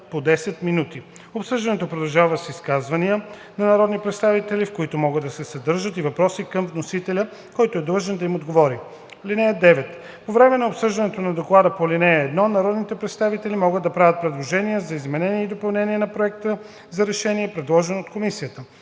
Обсъждането продължава с изказвания на народни представители, в които могат да се съдържат и въпроси към вносителя, който е длъжен да им отговори. (9) По време на обсъждането на доклада по ал. 1 народните представители могат да правят предложения за изменения и допълнения на проекта за решение, предложен от комисията.